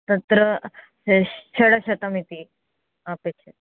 तत्र शश् षड्शतमिति अपेक्षते